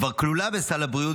כבר כלולה בסל הבריאות,